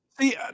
See